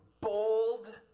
bold